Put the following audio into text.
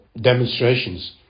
demonstrations